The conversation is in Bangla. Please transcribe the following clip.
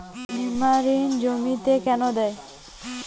নিমারিন জমিতে কেন দেয়?